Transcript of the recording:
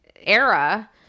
era